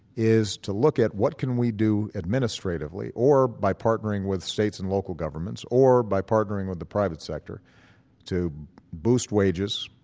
is to look at what can we do administratively, or by partnering with states and local governments or by partnering with the private sector to boost wages,